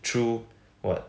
through what